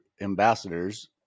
ambassadors